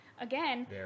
again